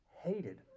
hated